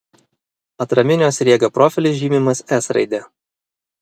atraminio sriegio profilis žymimas s raide